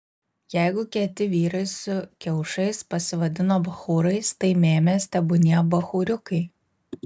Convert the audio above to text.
jeigu kieti vyrai su kiaušais pasivadino bachūrais tai mėmės tebūnie bachūriukai